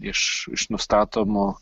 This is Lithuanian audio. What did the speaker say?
iš iš nustatomų